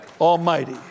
Almighty